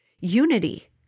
unity